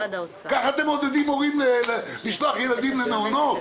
ככה אתם מעודדים הורים לשלוח ילדים למעונות?